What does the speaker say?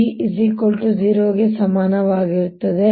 B 0 ಗೆ ಸಮನಾಗಿರುತ್ತದೆ